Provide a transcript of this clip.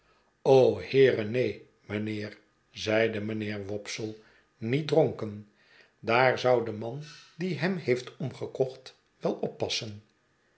heere neen mijnheer zeide mijnheer wopsle niet dronken daar zou de man die hem heeft omgekocht wel oppassen